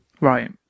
Right